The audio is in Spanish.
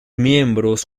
miembros